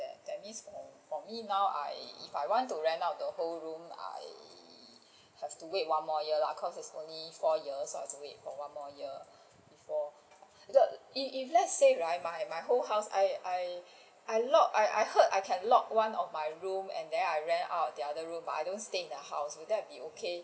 that that's means for me now I if I want to rent out the whole house I have to wait one more year lah cos' it's only four years so I have to wait one more year before the if if let's say right my my whole house I I Iock I heard I can lock one of my room and then I rent out the other room I don't stay in the house would that be okay